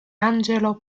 angelo